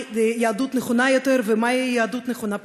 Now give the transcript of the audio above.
יהדות נכונה יותר ומהי יהדות נכונה פחות.